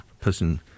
person